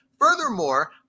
Furthermore